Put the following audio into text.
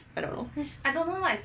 I don't know